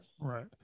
Right